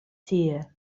tie